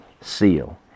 seal